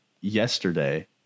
yesterday